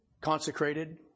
consecrated